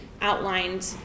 outlined